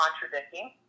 contradicting